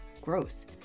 gross